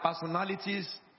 personalities